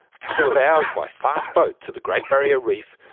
a couple of hours by fast boat to the great barrier reef,